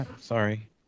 Sorry